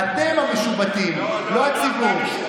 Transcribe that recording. אתם המשובטים, לא הציבור.